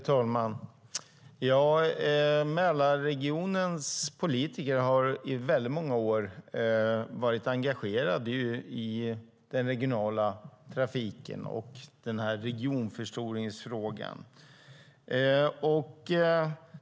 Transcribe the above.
Herr talman! Mälarregionens politiker har i väldigt många år varit engagerade i den regionala trafiken och regionförstoringsfrågan.